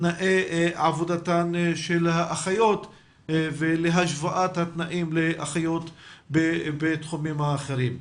תנאי עבודתן של האחיות והשוואת התנאים שלהן לאחיות בתחומים אחרים.